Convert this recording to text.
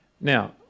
Now